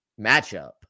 matchup